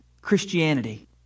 Christianity